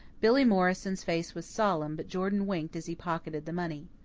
billy morrison's face was solemn, but jordan winked as he pocketed the money.